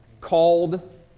called